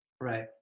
Right